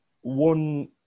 one